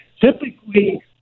typically